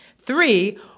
Three